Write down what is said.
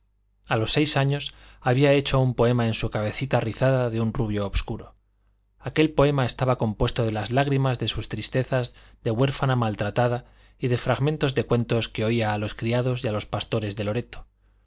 a los seis años había hecho un poema en su cabecita rizada de un rubio obscuro aquel poema estaba compuesto de las lágrimas de sus tristezas de huérfana maltratada y de fragmentos de cuentos que oía a los criados y a los pastores de loreto